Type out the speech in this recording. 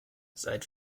seit